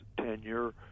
tenure